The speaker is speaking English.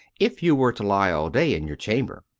if you were to lie all day in your chamber.